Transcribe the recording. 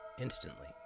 Instantly